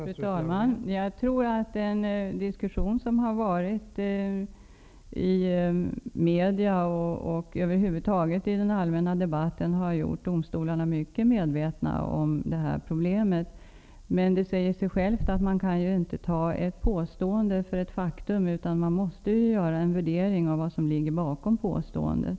Fru talman! Jag tror att den diskussion som har förts i media och över huvud taget i den allmänna debatten har gjort domstolarna mycket medvetna om detta problem, men det säger sig självt att man inte kan ta ett påstående för ett faktum, utan att man måste göra en värdering av vad som ligger bakom påståendet.